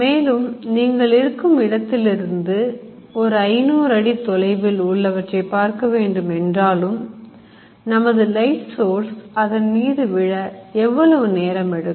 மேலும் நீங்கள் இருக்கும் இடத்திலிருந்து ஒரு 500 அடி தொலைவில் உள்ளவற்றை பார்க்க வேண்டும் என்றாலும் நமது லைட் சோர்ஸ் அதன் மீது விழ எவ்வளவு நேரம் எடுக்கும்